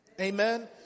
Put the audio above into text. Amen